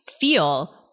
feel